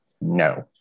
No